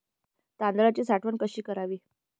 तांदळाची साठवण कशी करावी?